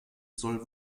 soll